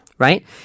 Right